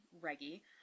Reggie